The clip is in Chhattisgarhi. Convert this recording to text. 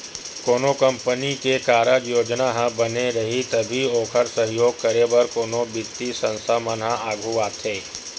कोनो कंपनी के कारज योजना ह बने रइही तभी ओखर सहयोग करे बर कोनो बित्तीय संस्था मन ह आघू आथे